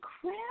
crap